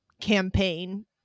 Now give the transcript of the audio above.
campaign